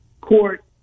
court